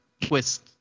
twist